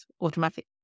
automatic